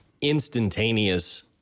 instantaneous